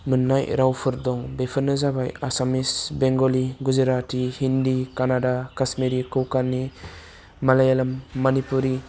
मोननाय रावफोर दं बेफोरनो जाबाय आसामनि सि बेंगलि गुजुराति हिन्दी कानाडा काशमिरि कौकानि मालायआलम मणिपुरि